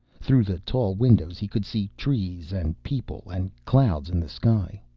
through the tall windows he could see trees and people and clouds in the sky.